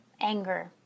anger